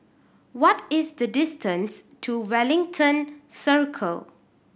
what is the distance to Wellington Circle